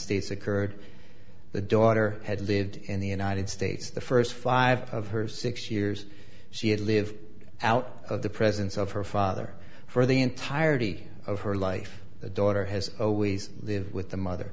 states occurred the daughter had lived in the united states the first five of her six years she had lived out of the presence of her father for the entirety of her life the daughter has always lived with the mother